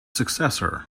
successor